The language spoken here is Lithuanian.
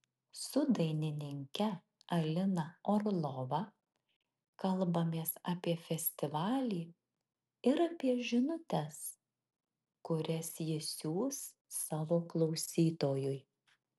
su dainininke alina orlova kalbamės apie festivalį ir apie žinutes kurias ji siųs savo klausytojui